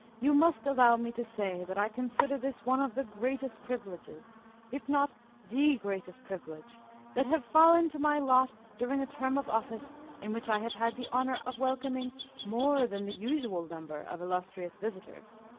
you must allow me to say that i consider this one of the greatest privileges if not the greatest privilege that have fallen to my lot during a term of office in which i have had the honour of welcoming more than the usual number of illustrious visitors.